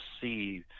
see